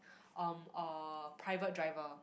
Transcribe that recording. um a private driver